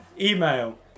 email